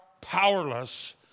powerless